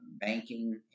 banking